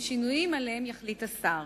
עם שינויים שעליהם יחליט השר.